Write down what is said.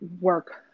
work